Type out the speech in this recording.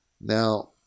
Now